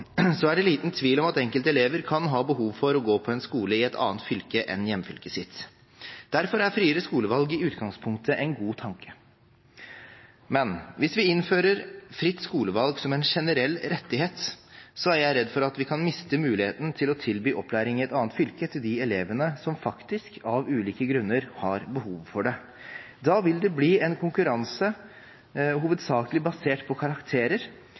så jeg legger til grunn at de ulike partienes standpunkt vil bli tydeliggjort i løpet av debatten. Jeg vil nå gjøre rede for Kristelig Folkepartis posisjon i denne saken. Når det gjelder spørsmålet om friere skolevalg, er det liten tvil om at enkelte elever kan ha behov for å gå på en skole i et annet fylke enn hjemfylket sitt. Derfor er friere skolevalg i utgangspunktet en god tanke. Men hvis vi innfører fritt skolevalg som en generell rettighet, er jeg redd for at vi kan miste muligheten til å tilby opplæring i et